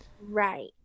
right